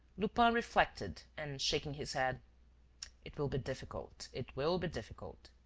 lupin reflected and, shaking his head it will be difficult. it will be difficult.